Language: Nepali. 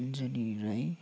अन्जली राई